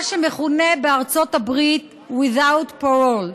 מה שמכונה בארצות הברית without parole.